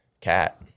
cat